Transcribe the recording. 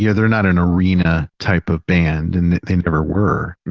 yeah they're not an arena type of band. and they never were.